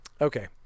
Okay